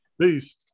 peace